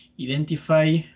identify